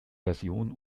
version